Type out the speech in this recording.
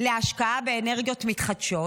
להשקעה באנרגיות מתחדשות,